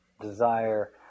Desire